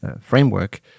framework